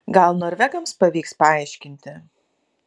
gal norvegams pavyks paaiškinti